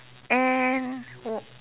and